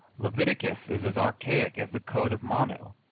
leviticus is as archaic as the code of manu,